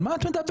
על מה את מדברת?